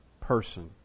person